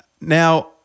Now